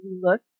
look